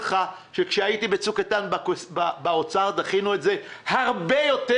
כשהייתי בצוק איתן במשרד האוצר דחינו את זה הרבה יותר.